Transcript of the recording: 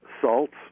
salts